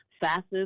fastest